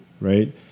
right